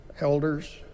elders